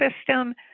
system